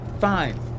Fine